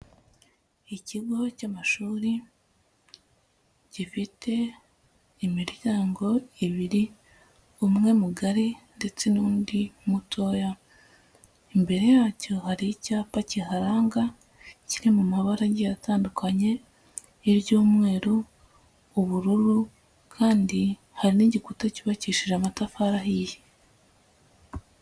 Ikigo cy'amashuri gifite imiryango ibiri, umwe mugari ndetse n'undi mutoya, imbere yacyo hari icyapa kiharanga kiri mu mabara agiye atandukanye, iry'umweru, ubururu kandi hari n'igikuta cyubakishije amatafari ahiye.